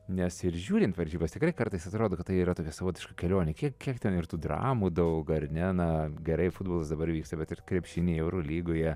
nes ir žiūrint varžybas tikrai kartais atrodo kad tai yra tokia savotiška kelionė kiek kiek ten ir tų dramų daug ar ne na gerai futbolas dabar vyksta bet ir krepšinyje eurolygoje